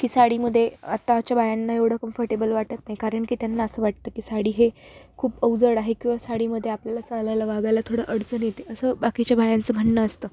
की साडीमध्ये आत्ताच्या बायांना एवढं कम्फर्टेबल वाटत नाही कारण की त्यांना असं वाटतं की साडी हे खूप अवजड आहे किंवा साडीमध्ये आपल्याला चालायला वागायला थोडं अडचण येते असं बाकीच्या बायांचं म्हणंन असतं